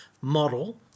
Model